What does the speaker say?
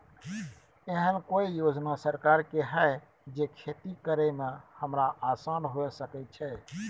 एहन कौय योजना सरकार के है जै खेती करे में हमरा आसान हुए सके छै?